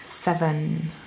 Seven